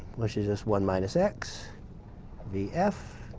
which is just one minus x vf.